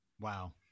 wow